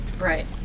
right